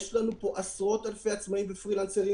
יש לנו פה עשרות אלפי עצמאים ופרילנסרים,